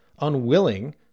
unwilling